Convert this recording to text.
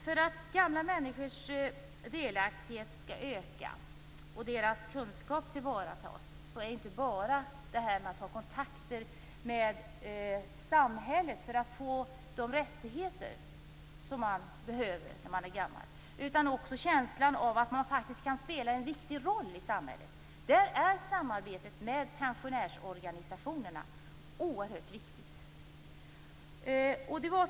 För att gamla människors delaktighet skall öka och deras kunskap tillvaratas behövs det inte bara kontakter med samhället om deras rättigheter. För känslan av att de gamla faktiskt skall kunna spela en viktig roll i samhället är samarbetet med pensionärsorganisationerna oerhört betydelsefullt.